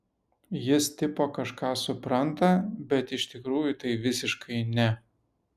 jis tipo kažką supranta bet iš tikrųjų tai visiškai ne